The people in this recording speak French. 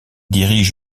dirige